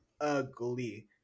ugly